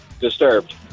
Disturbed